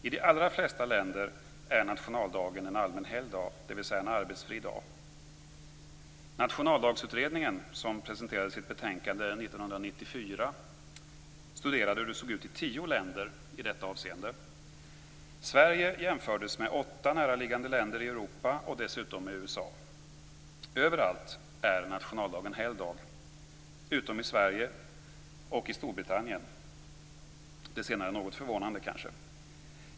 I de allra flesta länder är nationaldagen en allmän helgdag, dvs. en arbetsfri dag. Nationaldagsutredningen, som presenterade sitt betänkande 1994, studerade hur det såg ut i tio länder i detta avseende. Sverige jämfördes med åtta näraliggande länder i Europa och dessutom med USA. Överallt är nationaldagen helgdag utom i Sverige och i Storbritannien - det senare något förvånande kanske.